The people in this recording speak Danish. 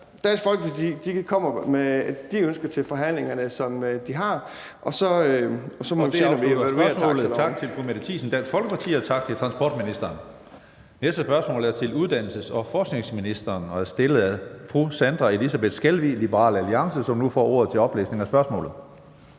kan komme med de ønsker til forhandlingerne, som de har, og så må vi se på det, når vi evaluerer